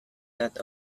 that